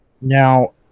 Now